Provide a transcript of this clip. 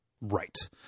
right